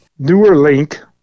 NewerLink